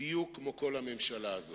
בדיוק כמו כל הממשלה הזאת.